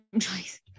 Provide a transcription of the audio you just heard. choice